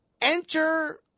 Enter